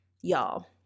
y'all